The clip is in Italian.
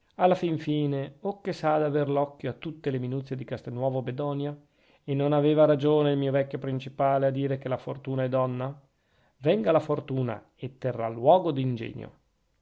alla fin fine o che s'ha da aver l'occhio a tutte le minuzie di castelnuovo bedonia e non aveva ragione il mio vecchio principale a dire che la fortuna è donna venga la fortuna e terrà luogo d'ingegno